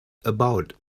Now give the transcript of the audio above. about